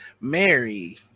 mary